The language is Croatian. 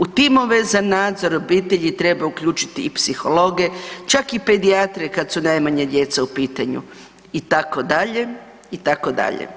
U timove za nadzor obitelji treba uključiti i psihologe, čak i pedijatre kad su najmanja djeca u pitanju itd. itd.